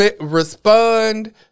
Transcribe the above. respond